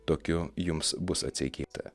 tokiu jums bus atseikėta